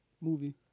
Movie